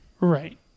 Right